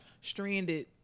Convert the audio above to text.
stranded